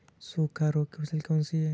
सूखा रोग की फसल कौन सी है?